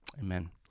Amen